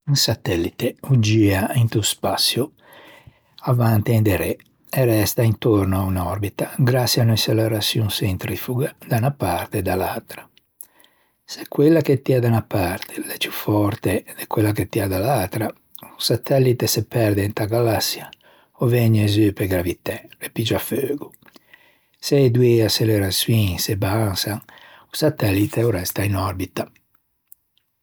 Un satellite o gia into spaçio avanti e inderê e resta intorno a unn'òrbita graçie a unn'açeleraçion centrifoga da unna parte e da l'atra. Se quella che tia da unna parte l'é ciù fòrte de quella che tia da l'atra, o satellite se perde inta galassia ò vëgne zu pe gravitæ e piggia feugo. Se e doî açeleraçioin se bassan o satellite o resta in òrbita.